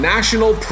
National